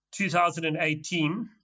2018